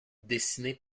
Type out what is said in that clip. dessiné